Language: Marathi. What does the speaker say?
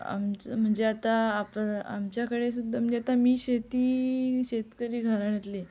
आमचं म्हणजे आता आपलं आमच्याकडे सुद्धा म्हणजे आता मी शेती शेतकरी घराण्यातली आहे